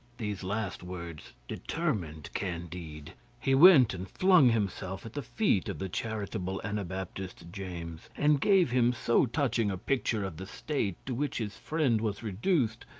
these last words determined candide he went and flung himself at the feet of the charitable anabaptist james, and gave him so touching a picture of the state to which his friend was reduced,